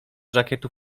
żakietu